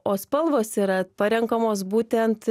o spalvos yra parenkamos būtent